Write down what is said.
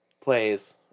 plays